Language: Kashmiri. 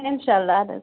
اِنشاء اللہ اَدٕ حظ